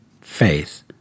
faith